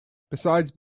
besides